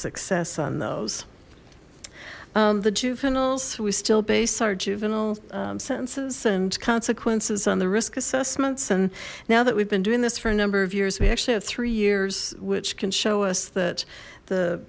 success on those the juveniles we still base our juvenile sentences and consequences on the risk assessments and now that we've been doing this for a number of years we actually have three years which can show us that the